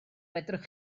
fedrwch